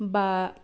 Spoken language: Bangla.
বা